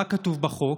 מה כתוב בחוק?